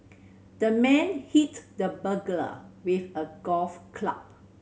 the man hit the burglar with a golf club